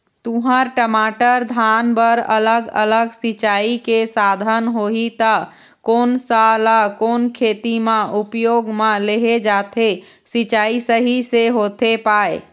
तुंहर, टमाटर, धान बर अलग अलग सिचाई के साधन होही ता कोन सा ला कोन खेती मा उपयोग मा लेहे जाथे, सिचाई सही से होथे पाए?